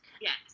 Yes